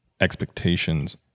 expectations